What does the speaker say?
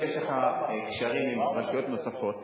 אם יש לך קשרים עם רשויות נוספות,